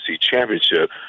championship